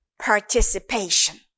Participation